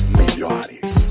melhores